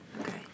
Okay